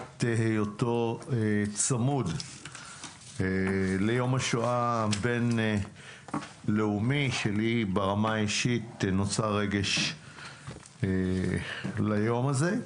היותו צמוד ליום השואה הבין-לאומי שלי ברמה האישית נוצר רגש ליום הזה.